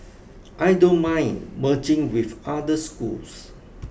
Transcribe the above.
I don't mind merging with other schools